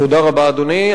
תודה רבה, אדוני.